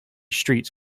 street